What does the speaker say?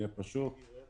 יהיה פשוט